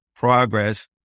Progress